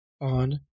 on